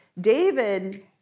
David